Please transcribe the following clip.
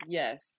yes